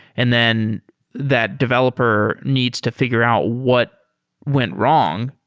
and then that developer needs to figure out what went wrong,